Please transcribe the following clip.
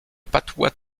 patois